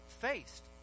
faced